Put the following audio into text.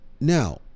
now